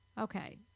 Okay